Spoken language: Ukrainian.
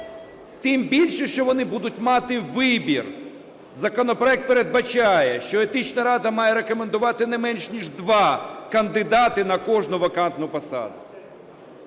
Тим більше, що вони будуть мати вибір. Законопроект передбачає, що Етична рада має рекомендувати не менш ніж дві кандидати на кожну вакантну посаду.